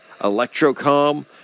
Electrocom